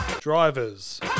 Drivers